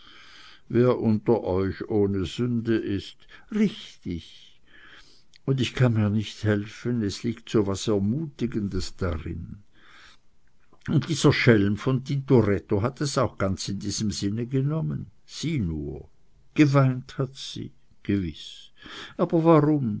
wer unter euch ohne sünde ist richtig und ich kann mir nicht helfen es liegt so was ermutigendes darin und dieser schelm von tintoretto hat es auch ganz in diesem sinne genommen sieh nur geweint hat sie gewiß aber warum